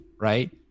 right